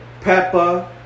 Peppa